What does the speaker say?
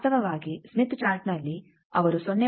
ವಾಸ್ತವವಾಗಿ ಸ್ಮಿತ್ ಚಾರ್ಟ್ನಲ್ಲಿ ಅವರು 0